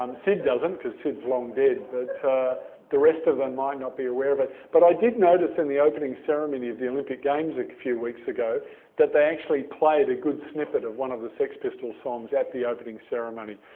um sid doesn't because sid's long dead, but the rest of them might not be aware of it. but i did notice in the opening ceremony ceremony of the olympic games a few weeks ago that they actually played a good snippet of one of the sex pistols' songs at the opening ceremony.